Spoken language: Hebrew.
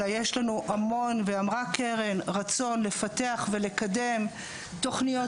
אלא יש לנו המון רצון לפתח ולקדם תוכניות